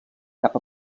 cap